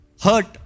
hurt